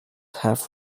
half